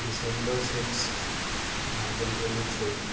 December six two thousand twenty three